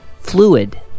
Fluid